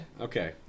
okay